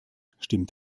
stimmt